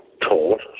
taught